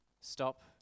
stop